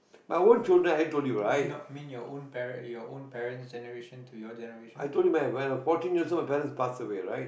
I want children i did told you right no I mean your own parent your parent's generation to your generation I told you man when I fourteen years' old dad's passed away right